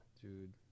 Dude